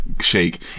shake